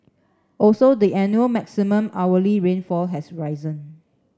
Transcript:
also the annual maximum hourly rainfall has risen